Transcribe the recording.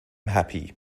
happy